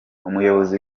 umuyobozi